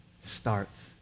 starts